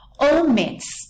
omits